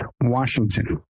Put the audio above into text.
Washington